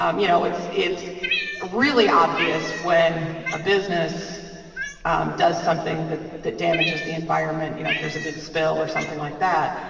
um you know, it's it's really obvious when a business does something that that damages the environment, you know, if there's a big spill or something like that,